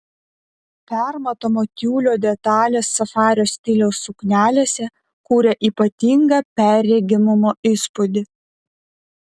permatomo tiulio detalės safario stiliaus suknelėse kuria ypatingą perregimumo įspūdį